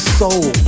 soul